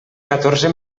catorze